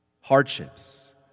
Hardships